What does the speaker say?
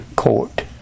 Court